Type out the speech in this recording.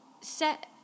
set